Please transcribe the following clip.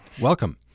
Welcome